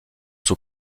son